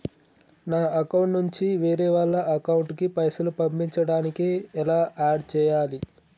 నా అకౌంట్ నుంచి వేరే వాళ్ల అకౌంట్ కి పైసలు పంపించడానికి ఎలా ఆడ్ చేయాలి?